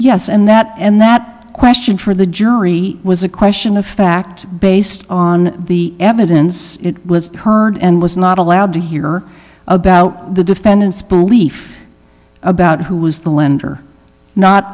yes and that and that question for the jury was a question of fact based on the evidence it was heard and was not allowed to hear about the defendant's belief about who was the lender not